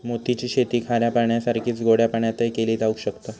मोती ची शेती खाऱ्या पाण्यासारखीच गोड्या पाण्यातय केली जावक शकता